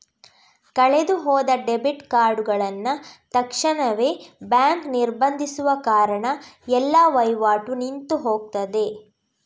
ಕಳೆದು ಹೋದ ಡೆಬಿಟ್ ಕಾರ್ಡುಗಳನ್ನ ತಕ್ಷಣವೇ ಬ್ಯಾಂಕು ನಿರ್ಬಂಧಿಸುವ ಕಾರಣ ಎಲ್ಲ ವೈವಾಟು ನಿಂತು ಹೋಗ್ತದೆ